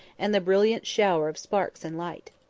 and the brilliant shower of sparks and light.